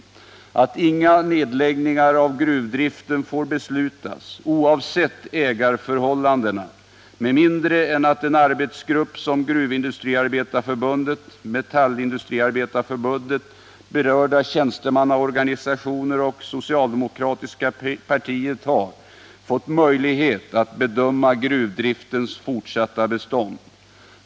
Där sägs att inga nedläggningar av gruvdriften får beslutas — oavsett ägarförhållandena — med mindre än att den arbetsgrupp som Gruvindustriarbetareförbundet, Metallindustriarbetareförbundet, berörda tjänstemannaorganisationer och det socialdemokratiska partiet tillsatt har fått möjlighet att bedöma gruvdriftens fortsatta bestånd.